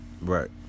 Right